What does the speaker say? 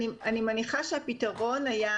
אני מניחה שהפתרון היה,